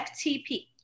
FTP